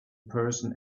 person